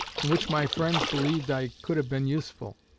in which my friends believed i could have been useful,